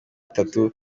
itatu